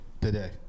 today